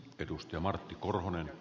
arvoisa herra puhemies